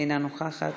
אינה נוכחת,